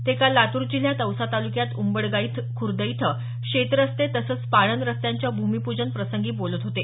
ते काल लातूर जिल्ह्यात औसा तालुक्यात उंबडगा खुर्द इथं शेत रस्ते तसंच पाणंद रस्त्यांच्या भूमिपूजन प्रसंगी बोलत होते